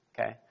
Okay